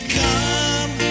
come